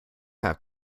have